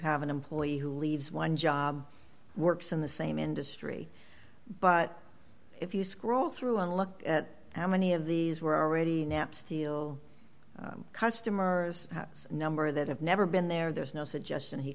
have an employee who leaves one job works in the same industry but if you scroll through and look at how many of these were already knapp steel customers number that have never been there there's no suggestion he